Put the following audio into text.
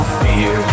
fear